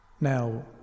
now